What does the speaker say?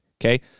Okay